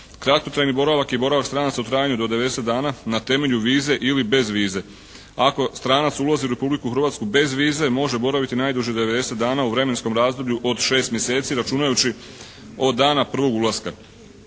Kratkotrajni boravak je boravak stranaca u trajanju do 90 dana na temelju vize ili bez vize. Ako strana ulazi u Republiku Hrvatsku bez vize može boraviti najduže 90 dana u vremenskom razdoblju od 6 mjeseci računajući od dana prvog ulaska.